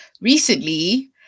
recently